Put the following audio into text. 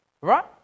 Right